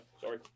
sorry